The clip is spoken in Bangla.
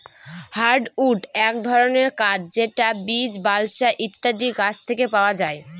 হার্ডউড এক ধরনের কাঠ যেটা বীচ, বালসা ইত্যাদি গাছ থেকে পাওয়া যায়